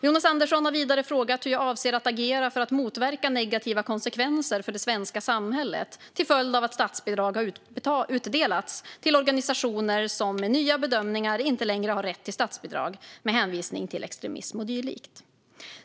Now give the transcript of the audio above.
Jonas Andersson har vidare frågat hur jag avser att agera för att motverka negativa konsekvenser för det svenska samhället till följd av att statsbidrag har utdelats till organisationer som med nya bedömningar inte längre har rätt till statsbidrag med hänvisning till extremism och dylikt.